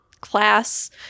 class